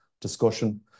discussion